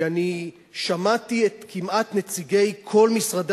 כי אני שמעתי כמעט את כל נציגי כל משרדי